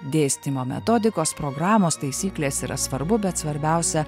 dėstymo metodikos programos taisyklės yra svarbu bet svarbiausia